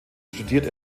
studiert